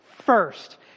first